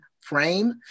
frame